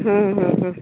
ହୁଁ ହୁଁ ହୁଁ